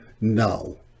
No